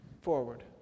forward